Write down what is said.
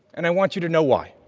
and i want you to know why.